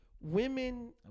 Women